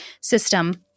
system